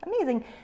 amazing